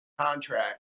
contract